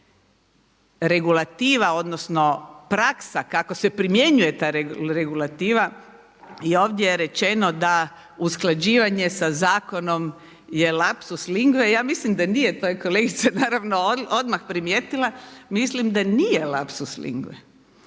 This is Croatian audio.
regulativa odnosno praksa kako se primjenjuje ta regulativa i ovdje je rečeno da usklađivanje sa zakonom je lapsus linguae. Ja mislim da nije. To je kolegica naravno odmah primijetila. Mislim da nije lapsus linguae.